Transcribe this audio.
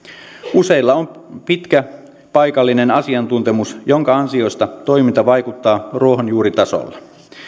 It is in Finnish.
useilla on pitkä paikallinen asiantuntemus minkä ansiosta toiminta vaikuttaa ruohonjuuritasolla